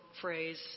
phrase